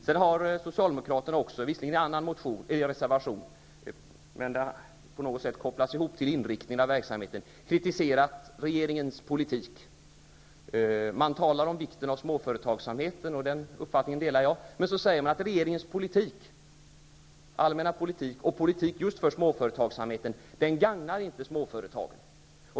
Sedan har Socialdemokraterna -- visserligen i en annan reservation, men den har på något sätt kopplats ihop med inriktningen av verksamheten -- kritiserat regeringens politik. Man talar om vikten av småföretagsamheten. Den uppfattning man där ger uttryck för delar jag. Men sedan säger man att regeringens allmänna politik och politiken just för småföretagsamheten inte gagnar småföretagen.